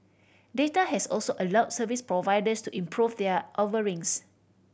data has also allowed service providers to improve their offerings